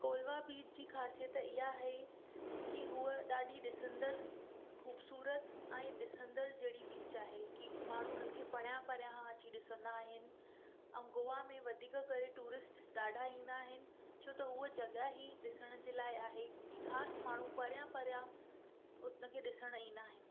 Kolwa beach जी ख़ासियत इहा आहे की हूअ ॾाढी ॾिसंदड़ ख़ूबसूरत ऐं ॾिसंदड़ जहिड़ी बीच आहे की माण्हू उन्हनि खे परियां परियां अची करे ॾिसंदा आहिनि ऐं गोवा में वधीक करे टूरिस्ट ॾाढा ईंदा आहिनि छो त हूअ जॻहि ई ॾिसण जे लाइ आहे कि ख़ासि माण्हू परियां परियां खां उनखे ॾिसणु ईंदा आहिनि